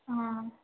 आम्